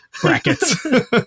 brackets